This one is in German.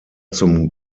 zum